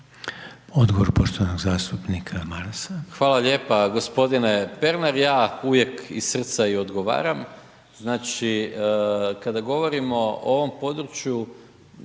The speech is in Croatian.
Odgovor poštovanog zastupnika Marasa. **Maras, Gordan (SDP)** Hvala lijepa. G. Pernar, ja uvijek iz srca i odgovaram. Znači, kada govorimo o ovom području,